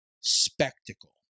spectacle